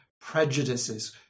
prejudices